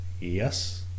Yes